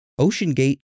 OceanGate